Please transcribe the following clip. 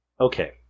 Okay